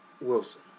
Wilson